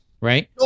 Right